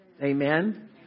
Amen